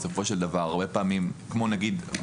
כמו למשל,